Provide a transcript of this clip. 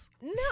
No